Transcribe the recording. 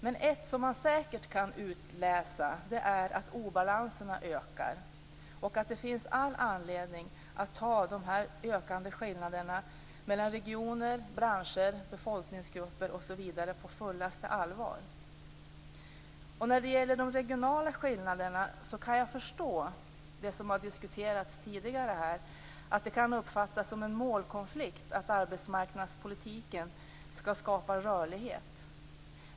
Men en sak som säkert kan utläsas är att obalanserna ökar och att det finns all anledning att ta de ökande skillnaderna mellan exempelvis regioner, branscher och befolkningsgrupper på fullaste allvar. När det gäller de regionala skillnaderna kan jag förstå det som har diskuterats tidigare här, nämligen att det kan uppfattas som en målkonflikt att arbetsmarknadspolitiken skall skapa rörlighet.